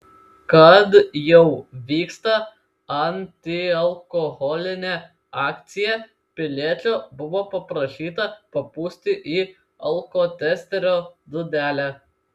kad jau vyksta antialkoholinė akcija piliečio buvo paprašyta papūsti į alkotesterio dūdelę